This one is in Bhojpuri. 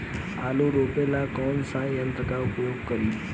आलू रोपे ला कौन सा यंत्र का प्रयोग करी?